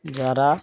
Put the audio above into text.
যারা